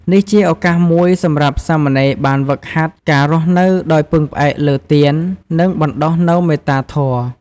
នេះជាឱកាសមួយសម្រាប់សាមណេរបានហ្វឹកហាត់ការរស់នៅដោយពឹងផ្អែកលើទាន និងបណ្ដុះនូវមេត្តាធម៌។